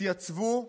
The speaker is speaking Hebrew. התייצבו למילואים.